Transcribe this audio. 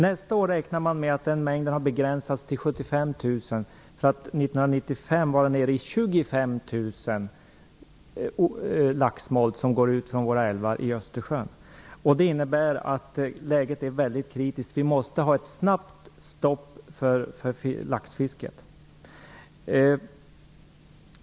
Nästa år räknar man med att den mängden har begränsats till 75 000, för att år 1996 vara nere i 25 000 laxsmolt som går ut från våra älvar till Östersjön. Det innebär att läget är väldigt kritiskt och att vi måste ha ett snabbt stopp för laxfisket.